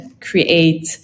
create